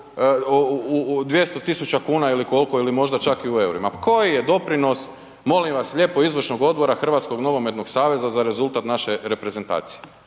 200.000 kuna ili koliko ili možda čak i u EUR-ima. Koji je doprinos molim vas lijepo izvršnog odbora Hrvatskog nogometnog saveza za rezultat naše reprezentacije?